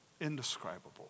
Indescribable